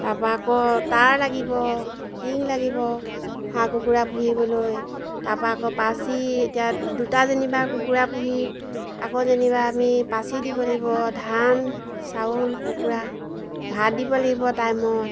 তাৰপা আকৌ তাঁৰ লাগিব টিং লাগিব হাঁহ কুকুৰা পুহিবলৈ তাৰপা আকৌ পাঁচি এতিয়া দুটা যেনিবা কুকুৰা পুহি আকৌ যেনিবা আমি পাঁচি দিব লাগিব ধান চাউল কুকুৰাক ভাত দিব লাগিব টাইমত